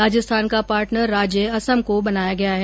राजस्थान का पार्टनर राज्य असम को बनाया गया है